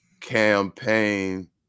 Campaign